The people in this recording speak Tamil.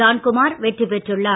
ஜான்குமார் வெற்றி பெற்றுள்ளார்